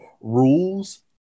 rules